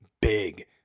big